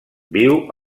viu